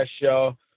show